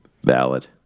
Valid